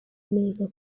neza